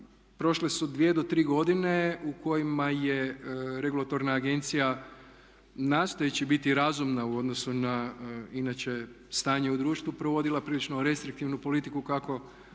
Prošle su dvije do tri godine u kojima je regulatorna agencija nastojat će biti razumna u odnosu na inače stanje u društvu provodila prilično restriktivnu politiku kako